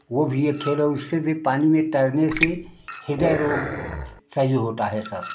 वो भी एक खेल है उससे भी पानी में तैरने से ह्रदय रोग सही होता है सर